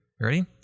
Ready